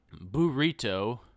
Burrito